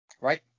right